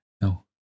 No